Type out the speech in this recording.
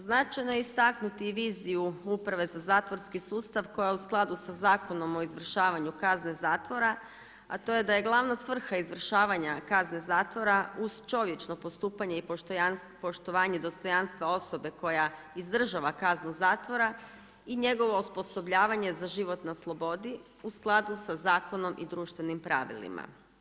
Značajno je istaknuti viziju Uprave za zatvorski sustav koja je u skladu sa Zakonom o izvršavanju kazne zatvora, a to je da je glavna svrha izvršavanja kazne zatvora uz čovječno postupanje i poštovanje dostojanstva osobe koja izdržava kaznu zatvora i njegovo osposobljavanje za život na slobodi u skladu sa zakonom i društvenim pravilima.